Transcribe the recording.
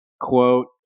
quote